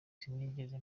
sinigeze